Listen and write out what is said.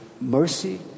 mercy